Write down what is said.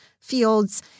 fields